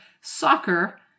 soccer